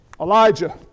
Elijah